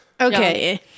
Okay